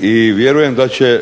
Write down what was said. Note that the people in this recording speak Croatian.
I vjerujem da će